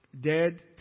dead